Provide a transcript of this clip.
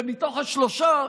ומתוך השלושה,